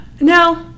No